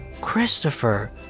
Christopher